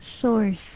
source